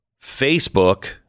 Facebook